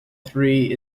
three